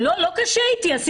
משפחה עם